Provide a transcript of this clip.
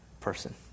person